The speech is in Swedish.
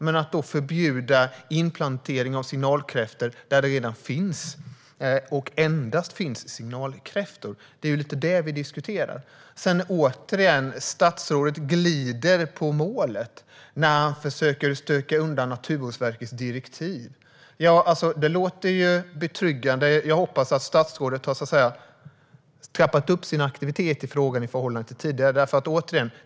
Men att förbjuda inplantering av signalkräftor där det redan finns och endast finns signalkräftor är det vi diskuterar. Återigen: Statsrådet glider på målet när han försöker stöka undan Naturvårdsverkets direktiv. Jag hoppas att statsrådet har trappat upp sin aktivitet i förhållande till tidigare.